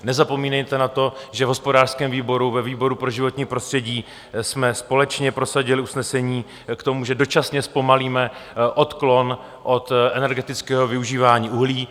Nezapomínejte na to, že v hospodářském výboru, ve výboru pro životní prostředí jsme společně prosadili usnesení k tomu, že dočasně zpomalíme odklon od energetického využívání uhlí.